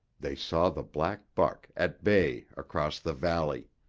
they saw the black buck at bay across the valley.